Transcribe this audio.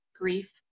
grief